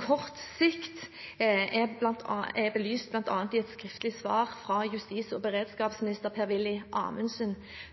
kort sikt, er belyst bl.a. i et skriftlig svar fra justis- og beredskapsminister Per-Willy Amundsen